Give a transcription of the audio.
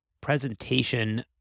presentation